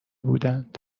بودند